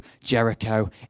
Jericho